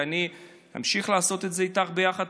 ואני אמשיך לעשות את זה איתך ביחד,